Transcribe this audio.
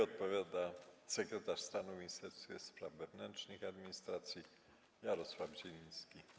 Odpowiada sekretarz stanu w Ministerstwie Spraw Wewnętrznych i Administracji Jarosław Zieliński.